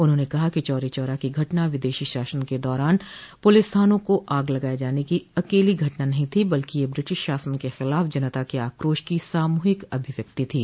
उन्होंने कहा कि चौरी चौरा की घटना विदेशी शासन के दौरान पुलिस थानों को आग लगाए जाने की अकेली घटना नहीं थी बल्कि यह ब्रिटिश शासन के खिलाफ जनता के आक्रोश की सामूहिक अभिव्यक्ति थी